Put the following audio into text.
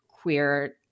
queer